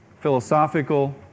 philosophical